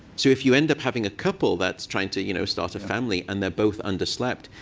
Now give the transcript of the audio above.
so if you end up having a couple that's trying to you know start a family, and they're both underslept,